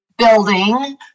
Building